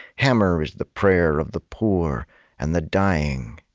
hammer is the prayer of the poor and the dying.